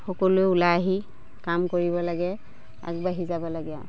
সকলোৱে ওলাই আহি কাম কৰিব লাগে আগবাঢ়ি যাব লাগে আৰু